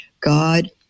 God